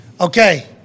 Okay